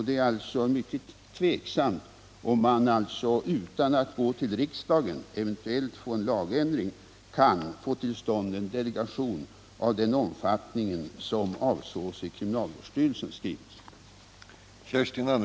Det är alltså mycket tveksamt om man utan att gå till riksdagen för att eventuellt få en lagändring kan få till stånd en delegation av den omfattning som avsågs I kriminalvårdsstyrelsens skrivelse,